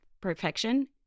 perfection